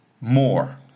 more